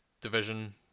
division